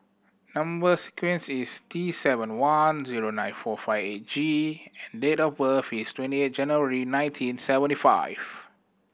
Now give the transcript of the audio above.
number sequence is T seven one zero nine four five eight G and date of birth is twenty eight January nineteen seventy five